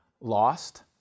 Lost